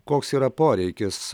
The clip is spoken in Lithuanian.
koks yra poreikis